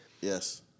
yes